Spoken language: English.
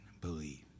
believe